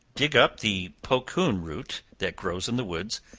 dig up the pocoon root that grows in the woods,